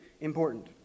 important